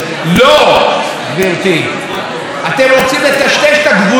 אתם רוצים לטשטש את הגבולות בין הרשויות בישראל.